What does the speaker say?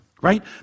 Right